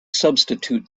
substitute